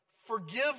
forgive